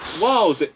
Wow